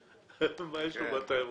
משהו?